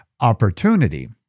opportunity